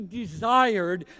desired